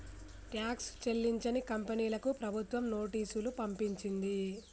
tax చెల్లించని కంపెనీలకు ప్రభుత్వం నోటీసులు పంపించింది